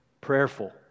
prayerful